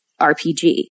RPG